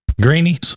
greenies